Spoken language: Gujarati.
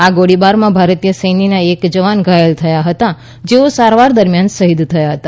આ ગોળીબારમાં ભારતીય સૈન્યના એક જવાન ઘાયલ થયા હતા જેઓ સારવાર દરમ્યાન શહીદ થયા હતા